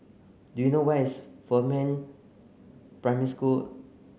do you know where is Fernvale Primary School